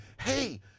hey